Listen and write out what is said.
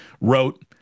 wrote